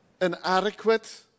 inadequate